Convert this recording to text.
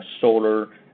solar